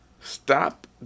Stop